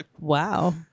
Wow